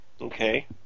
Okay